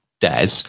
des